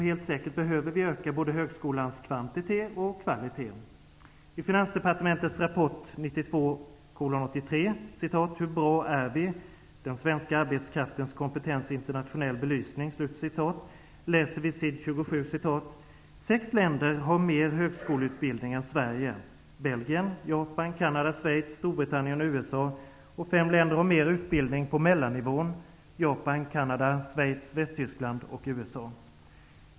Helt säkert behöver vi öka både högskolans kvantitet och högskolans kvalitet. På s. 27 i Finansdepartements rapport 1992:83, ''Hur bra är vi?'' Den svenska arbetskraftens kompetens i internationell belysning'', står det att läsa: ''Sex länder har mer högskoleutbildning än Sverige -- Belgien, Japan, Canada, Schweiz, Storbritannien och USA -- och fem länder har mer utbildning på mellannivån -- Japan, Canada, Schweiz, Västtyskland och USA.